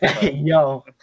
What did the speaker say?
Yo